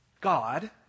God